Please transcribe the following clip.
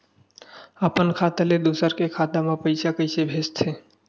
अपन खाता ले दुसर के खाता मा पईसा कइसे भेजथे?